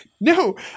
no